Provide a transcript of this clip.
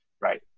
right